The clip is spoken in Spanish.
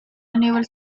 aníbal